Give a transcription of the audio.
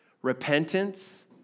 repentance